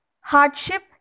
Hardship